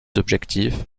objectifs